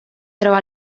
troba